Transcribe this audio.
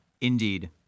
Indeed